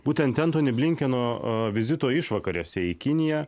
būtent entenio blinkeno o vizito išvakarėse į kiniją